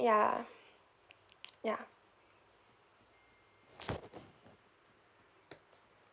ya ya